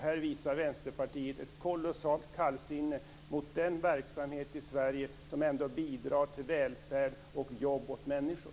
Här visar Vänsterpartiet ett kolossalt kallsinne mot den verksamhet i Sverige som bidrar till välfärd och jobb åt människor.